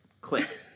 Click